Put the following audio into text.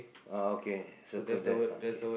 uh okay circle that ah k